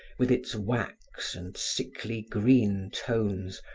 with its wax and sickly green tones,